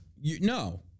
No